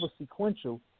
sequential